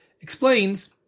explains